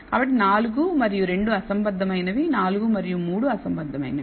కాబట్టి 4 మరియు 2 అసంబద్ధమైనవి 4 మరియు 3 అసంబద్ధమైనవి